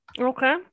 Okay